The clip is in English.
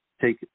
take